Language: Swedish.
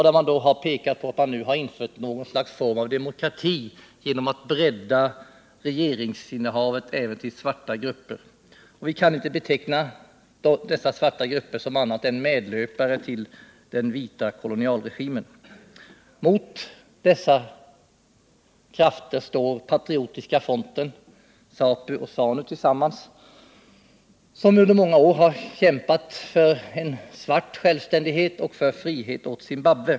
Det har påståtts att man nu har infört något slags demokrati genom att bredda regeringsinnehavet även till svarta grupper. Vi kan inte beteckna dessa svarta grupper som annat än medlöpare till den vita kolonialregimen. Mot dessa krafter står Patriotiska fronten — ZAPU och ZANU tillsammans — som under många år har kämpat 167 för svart självständighet och för frihet åt Zimbabwe.